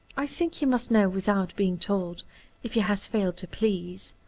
i think he must know without being told if he has failed to please.